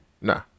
Nah